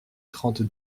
trente